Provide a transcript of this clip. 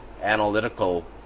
analytical